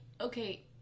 okay